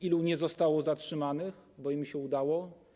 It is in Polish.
Ilu nie zostało zatrzymanych, bo im się udało?